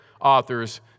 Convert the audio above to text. authors